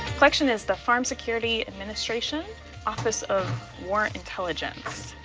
collection is the farm security administration office of war intelligence.